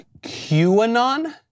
QAnon